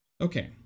okay